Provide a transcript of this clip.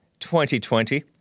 2020